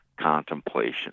contemplation